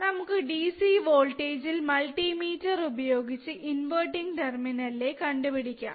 നമുക്ക് DC voltage ഇൽ multimeter ഉപയോഗിച്ച ഇൻവെർട്ടിങ് ടെർമിനൽ ലെ കണ്ടുപിടിക്കാം